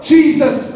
Jesus